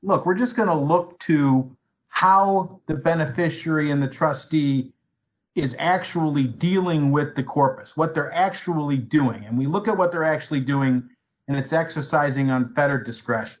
look we're just going to look to how the beneficiary in the trustee is actually dealing with the corpus what they're actually doing and we look at what they're actually doing and it's exercising on petter discretion